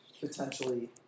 potentially